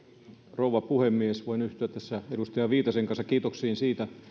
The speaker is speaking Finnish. rouva puhemies voin yhtyä edustaja viitasen kanssa kiitoksiin